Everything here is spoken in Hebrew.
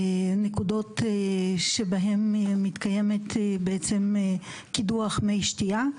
נקודות שבהן מתקיימת בעצם קידוח מי שתייה,